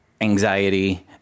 anxiety